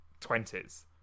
20s